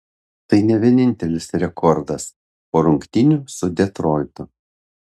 tai ne vienintelis rekordas po rungtynių su detroitu